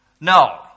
No